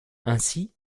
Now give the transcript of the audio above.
ainsi